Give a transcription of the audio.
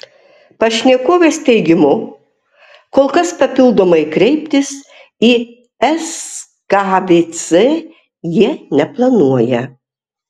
pašnekovės teigimu kol kas papildomai kreiptis į skvc jie neplanuoja